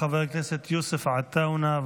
חבר הכנסת יוסף עטאונה,